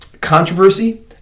controversy